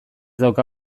dauka